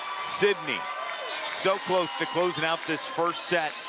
sidney so close to closing out this first set.